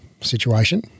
situation